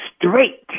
straight